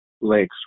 lakes